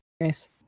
Nice